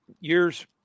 years